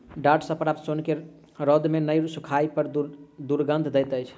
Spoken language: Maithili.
डांट सॅ प्राप्त सोन के रौद मे नै सुखयला पर दुरगंध दैत अछि